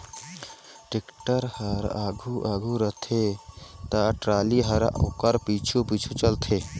tractor हर आघु आघु रहथे ता टराली हर ओकर पाछू पाछु चलथे